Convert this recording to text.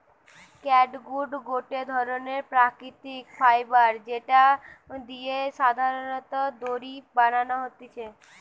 catgut গটে ধরণের প্রাকৃতিক ফাইবার যেটা দিয়ে সাধারণত দড়ি বানানো হতিছে